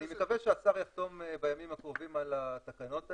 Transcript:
אני מקווה שהשר יחתום בימים הקרובים על התקנות האלה.